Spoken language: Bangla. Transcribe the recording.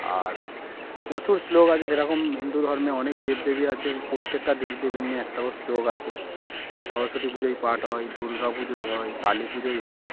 আর প্রচুর শ্লোক আছে যেরকম হিন্দু ধর্মে অনেক দেবদেবী আছে প্রত্যেকটা দেবদেবীর নিয়ে একটা করে শ্লোক আছে যেরকম সরস্বতী পুজোয় পাঠ হয় দুর্গাপুজোয় হয় কালী পুজোয় হয়